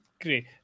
great